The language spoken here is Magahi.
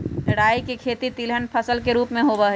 राई के खेती तिलहन फसल के रूप में होबा हई